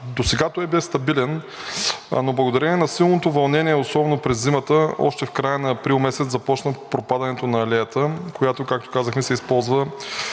Досега той бе стабилен, но благодарение на силното вълнение, особено през зимата още в края на април месец започна пропадането на алеята, която, както казахме, се използва